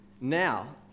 Now